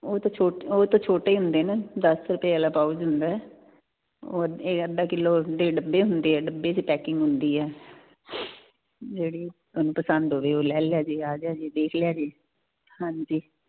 ਉਹ ਤਾਂ ਛੋਟਾ ਉਹ ਤੋਂ ਛੋਟਾ ਹੀ ਹੁੰਦੇ ਨਾ ਦਸ ਰੁਪਏ ਵਾਲਾ ਪਾਊਚ ਹੁੰਦਾ ਅੱਧਾ ਕਿਲੋ ਦੇ ਡੱਬੇ ਹੁੰਦੇ ਆ ਡੱਬੇ ਦੀ ਪੈਕਿੰਗ ਹੁੰਦੀ ਹੈ ਜਿਹੜੀ ਤੁਹਾਨੂੰ ਪਸੰਦ ਹੋਵੇ ਉਹ ਲੈ ਲਿਆ ਜੀ ਆ ਗਿਆ ਜੀ ਦੇਖ ਲਿਆ ਜੀ ਹਾਂਜੀ